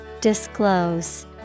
Disclose